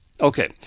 Okay